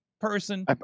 person